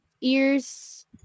ears